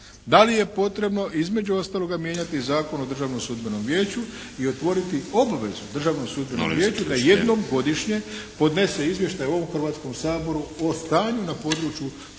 da li je potrebno između ostaloga i mijenjati Zakon o Državnom sudbenom vijeću i otvoriti obavezu Državnom sudbenom vijeću da jednom godišnje podnese izvještaj ovom Hrvatskom saboru na sudbenom